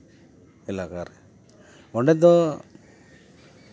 ᱮᱞᱟᱠᱟᱨᱮ ᱚᱸᱰᱮ ᱫᱚ